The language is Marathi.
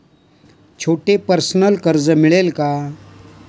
छोटे पर्सनल कर्ज मिळेल का?